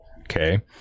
okay